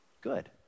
Good